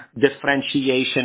differentiation